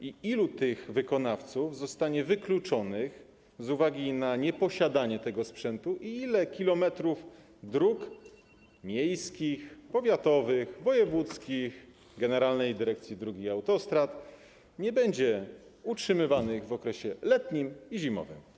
Ilu tych wykonawców zostanie wykluczonych z uwagi na nieposiadanie tego sprzętu i ile kilometrów dróg - miejskich, powiatowych, wojewódzkich, Generalnej Dyrekcji Dróg Krajowych i Autostrad - nie będzie utrzymywanych w okresie letnim i zimowym?